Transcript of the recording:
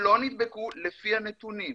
ולא נדבקו לפי הנתונים.